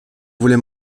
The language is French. voulait